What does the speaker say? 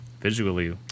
visually